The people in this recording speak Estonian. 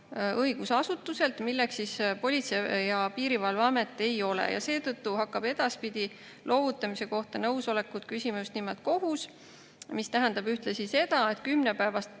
õigusasutuselt, milleks Politsei‑ ja Piirivalveamet ei ole. Seetõttu hakkab edaspidi loovutamise kohta nõusolekut küsima just nimelt kohus, mis tähendab ühtlasi seda, et 10-päevane